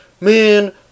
man